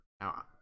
now